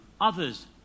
others